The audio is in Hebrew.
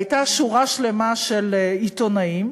הייתה שורה שלמה של עיתונאים,